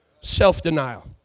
Self-denial